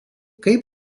kaip